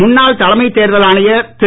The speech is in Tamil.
முன்னாள் தலைமை தேர்தல் ஆணையர் திரு